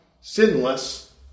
sinless